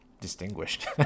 Distinguished